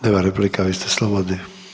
Nema replika, vi ste slobodni.